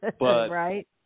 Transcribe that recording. Right